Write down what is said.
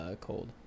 cold